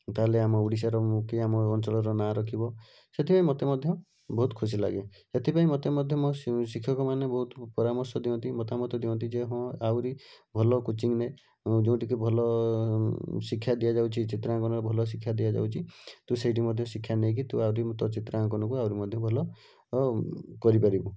ତା'ହେଲେ ଆମ ଓଡ଼ିଶାର କି ଆମ ଅଞ୍ଚଳର ନାଁ ରଖିବ ସେଥିପାଇଁ ମୋତେ ମଧ୍ୟ ବହୁତ ଖୁସି ଲାଗେ ସେଥିପାଇଁ ମୋତେ ମଧ୍ୟ ମୋ ଶିକ୍ଷକମାନେ ବହୁତ ପରାମର୍ଶ ଦିଅନ୍ତି ମତାମତ ଦିଅନ୍ତି ଯେ ହଁ ଆହୁରି ଭଲ କୋଚିଙ୍ଗ୍ ନେ ଯେଉଁଠିକି ଭଲ ଶିକ୍ଷା ଦିଆଯାଉଛି ଚିତ୍ରାଙ୍କନରେ ଭଲ ଶିକ୍ଷା ଦିଆଯାଉଛି ତୁ ସେଇଠି ମଧ୍ୟ ଶିକ୍ଷା ନେଇକି ତୁ ଆହୁରି ତୋ ଚିତ୍ରାଙ୍କନକୁ ଆହୁରି ମଧ୍ୟ ଭଲ କରିପାରିବୁ